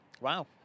Wow